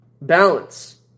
balance